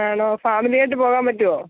ആണോ ഫാമിലിയായിട്ട് പോകാൻ പറ്റുവോ